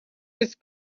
was